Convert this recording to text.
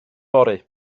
fory